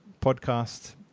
podcast